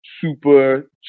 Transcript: super